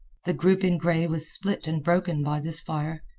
the group in gray was split and broken by this fire,